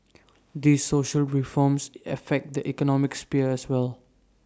these social reforms affect the economic sphere as well